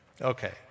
Okay